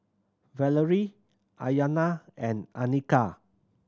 Valarie Iyana and Annika